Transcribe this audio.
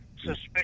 suspicious